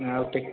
ଆଉ ଟିକେ